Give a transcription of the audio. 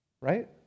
Right